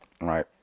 right